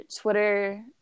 twitter